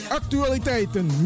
actualiteiten